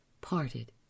parted